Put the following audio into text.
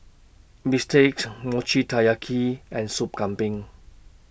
Bistakes Mochi Taiyaki and Sup Kambing